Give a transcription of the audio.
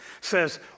says